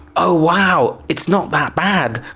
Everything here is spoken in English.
oh wow, it's not that bad,